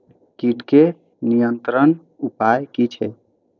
कीटके नियंत्रण उपाय कि छै?